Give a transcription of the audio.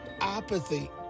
apathy